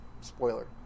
spoiler